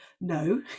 no